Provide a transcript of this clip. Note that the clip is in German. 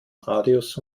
radius